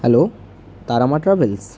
hello Tara Maa travels